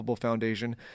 Foundation